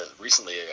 recently